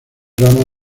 drama